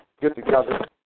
get-together